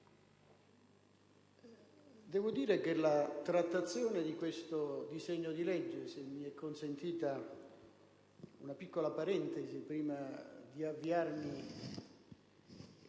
Presidente, la trattazione di questo disegno di legge - mi sia consentita una piccola parentesi prima di avviarmi